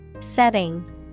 setting